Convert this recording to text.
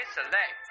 Select